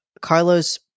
Carlo's